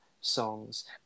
songs